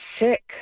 sick